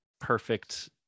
perfect